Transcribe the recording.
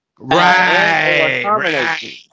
Right